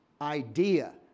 idea